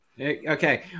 Okay